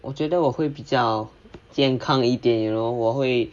我觉得我会比较健康一点 you know 我会